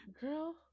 Girl